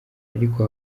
ariko